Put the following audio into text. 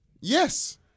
Yes